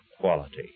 quality